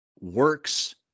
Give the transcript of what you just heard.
works